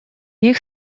них